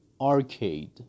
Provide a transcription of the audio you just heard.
arcade